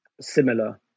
similar